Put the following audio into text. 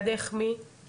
מי נמצאת לידך?